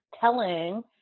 telling